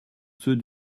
ceux